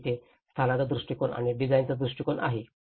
आणि जिथे स्थानाचा दृष्टीकोन आणि डिझाइनचा दृष्टीकोन आहे